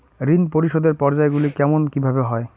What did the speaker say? ঋণ পরিশোধের পর্যায়গুলি কেমন কিভাবে হয়?